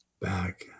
back